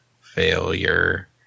failure